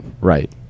right